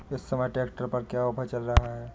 इस समय ट्रैक्टर पर क्या ऑफर चल रहा है?